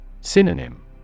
Synonym